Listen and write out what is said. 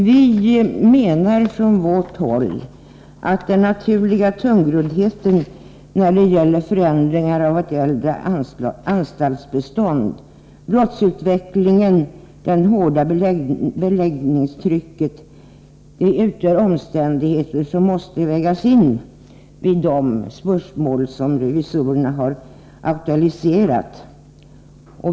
Vi menar från vårt håll att den naturliga tungroddheten när det gäller förändringar av det äldre anstaltsbeståndet, brottsutvecklingen och det hårda beläggningstrycket måste vägas in i de spörsmål som revisorerna har aktualiserat.